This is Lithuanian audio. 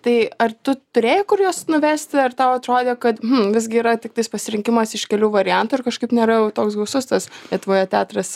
tai ar tu turėjai kur juos nuvesti ar tau atrodė kad hm visgi yra tiktais pasirinkimas iš kelių variantų ir kažkaip nėra jau toks gausus tas lietuvoje teatras